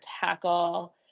tackle